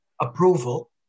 approval